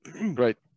right